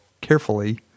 carefully